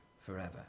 forever